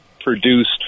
produced